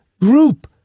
group